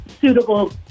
suitable